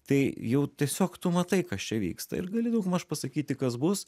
tai jau tiesiog tu matai kas čia vyksta ir gali daugmaž pasakyti kas bus